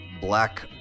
black